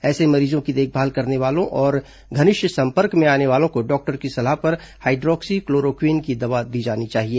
ऐसे मरीजों की देखभाल करने वालों और घनिष्ठ संपर्क में आने वालों को डॉक्टर की सलाह पर हाइड्रॉक्सी क्लोरोक्विन दवा दी जानी चाहिए